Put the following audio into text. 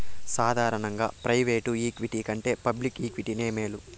సాదారనంగా private equity కంటే public ఈక్విటీనే మేలు